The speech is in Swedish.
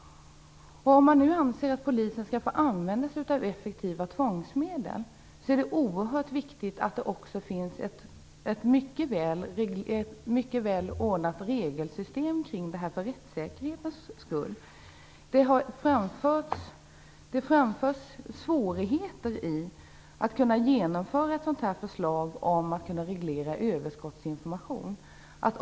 Om man nu anser att polisen skall få använda sig av effektiva tvångsmedel är det oerhört viktigt för rättssäkerhetens skull att det också finns ett mycket väl ordnat regelsystem kring det här. Det anförs att det är svårigheter att genomföra ett förslag om att reglera överskottsinformation.